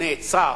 נעצר.